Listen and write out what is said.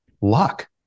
luck